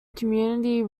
community